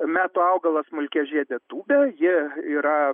metų augalas smulkiažiedė tūbė ji yra